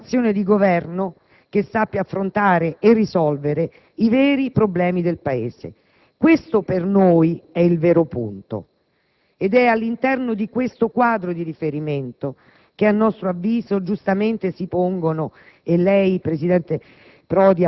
con un'azione di Governo che sappia affrontare e risolvere i veri problemi del Paese: questo per noi è il vero punto. Ed è all'interno di questo quadro di riferimento che, a nostro avviso, giustamente si pongono, e lei, presidente